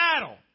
battle